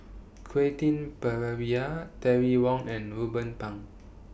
Quentin Pereira Terry Wong and Ruben Pang